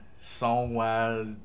song-wise